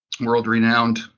world-renowned